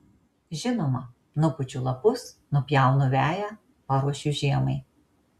žinoma nupučiu lapus nupjaunu veją paruošiu žiemai